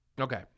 Okay